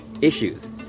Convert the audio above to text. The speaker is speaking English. issues